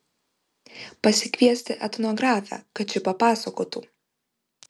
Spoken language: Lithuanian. pasikviesti etnografę kad ši papasakotų